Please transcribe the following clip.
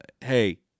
hey